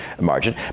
margin